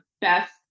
best